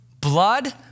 Blood